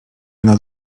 nad